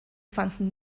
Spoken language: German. fanden